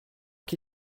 qui